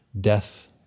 Death